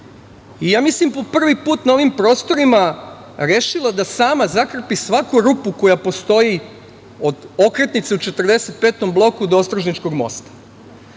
i ja mislim po prvi put na ovim prostorima rešila da sama zakrpi svaku rupu koja postoji od okretnice u 45. Bloku do ostružničkog mosta.